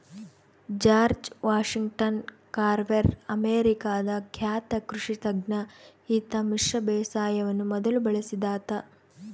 George Washington Carver ಅಮೇರಿಕಾದ ಖ್ಯಾತ ಕೃಷಿ ತಜ್ಞ ಈತ ಮಿಶ್ರ ಬೇಸಾಯವನ್ನು ಮೊದಲು ಬಳಸಿದಾತ